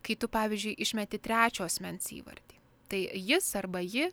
kai tu pavyzdžiui išmeti trečio asmens įvardį tai jis arba ji